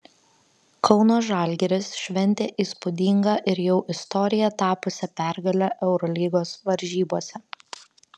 kauno žalgiris šventė įspūdingą ir jau istorija tapusią pergalę eurolygos varžybose